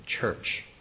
church